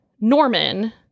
Norman